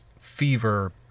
fever